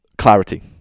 clarity